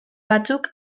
batzuk